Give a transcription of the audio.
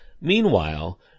Meanwhile